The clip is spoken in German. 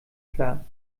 klar